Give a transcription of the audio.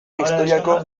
historiako